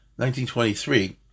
1923